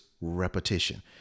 repetition